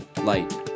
light